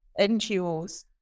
NGOs